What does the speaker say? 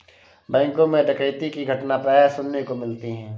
बैंकों मैं डकैती की घटना प्राय सुनने को मिलती है